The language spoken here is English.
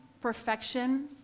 perfection